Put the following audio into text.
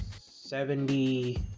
Seventy